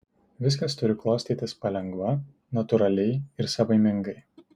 viskas turi klostytis palengva natūraliai ir savaimingai